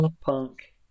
punk